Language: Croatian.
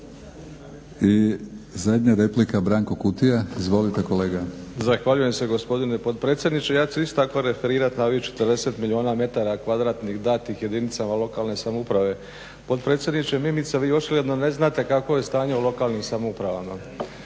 I zadnja replika, Branko Kutija. Izvolite kolega. **Kutija, Branko (HDZ)** Zahvaljujem se gospodine potpredsjedniče. Ja ću se isto tako referirati na ovih 40 milijuna metara kvadratnih datih jedinicama lokalne samouprave. Potpredsjedniče Mimica vi očigledno ne znate kakvo je stanje u lokalnim samoupravama.